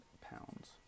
pounds